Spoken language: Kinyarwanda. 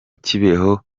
kibeho